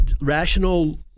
rational